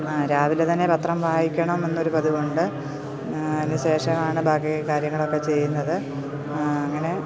രാവിലെ തന്നെ പത്രം വായിക്കണം എന്നൊരു പതിവുണ്ട് അതിനുശേഷമാണ് ബാക്കി കാര്യങ്ങളൊക്കെ ചെയ്യുന്നത് അങ്ങനെ